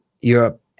europe